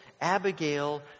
Abigail